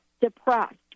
depressed